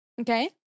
Okay